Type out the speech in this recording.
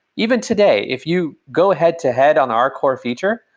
even today, if you go head-to-head on our core feature,